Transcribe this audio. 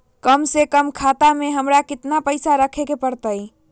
कम से कम खाता में हमरा कितना पैसा रखे के परतई?